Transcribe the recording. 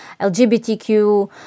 LGBTQ